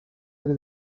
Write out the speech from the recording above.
aire